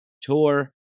Tour